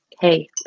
hey